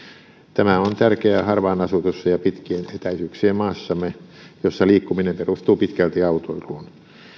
tämä on tärkeää harvaan asutussa ja pitkien etäisyyksien maassamme jossa liikkuminen perustuu pitkälti autoiluun